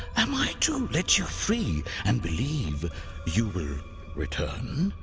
am i to let you free and believe you will return!